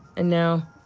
and now,